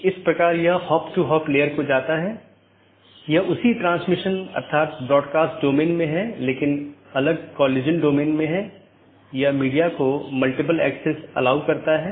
कैसे यह एक विशेष नेटवर्क से एक पैकेट भेजने में मदद करता है विशेष रूप से एक ऑटॉनमस सिस्टम से दूसरे ऑटॉनमस सिस्टम में